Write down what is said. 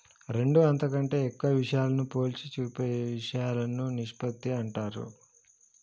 రెండు అంతకంటే ఎక్కువ విషయాలను పోల్చి చూపే ఇషయాలను నిష్పత్తి అంటారు